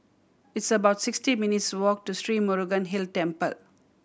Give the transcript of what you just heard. it's about sixty minutes' walk to Sri Murugan Hill Temple